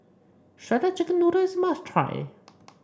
Shredded Chicken Noodles is a must try